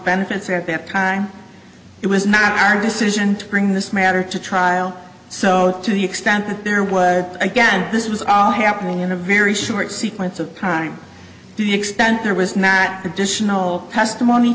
benefits at that time it was not our decision to bring this matter to trial so to the extent that there was again this was all happening in a very short sequence of time to the extent there was matt additional testimony